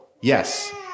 Yes